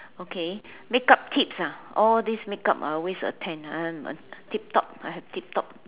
okay makeup tips ah all these makeup I always attend tip top I have tip top